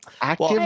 Active